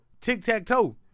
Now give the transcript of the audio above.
tic-tac-toe